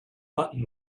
button